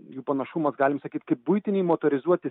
jų panašumas galim sakyt kaip buitiniai motorizuoti